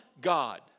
God